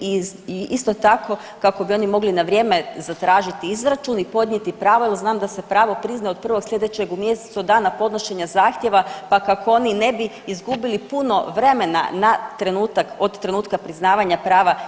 I isto tako kako bi oni mogli na vrijeme zatražiti izračun i podnijeti pravo, jer znam da se pravo priznaje od prvog sljedećeg u mjesecu od dana podnošenja zahtjeva, pa kako oni ne bi izgubili puno vremena od trenutka priznavanja prava.